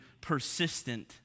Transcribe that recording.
persistent